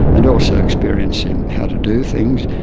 and also experienced in how to do things.